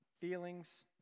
feelings